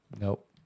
nope